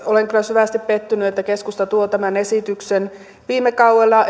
olen kyllä syvästi pettynyt että keskusta tuo tämän esityksen viime kaudella